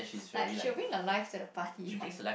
like she will bring a life to the party